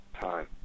time